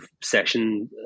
session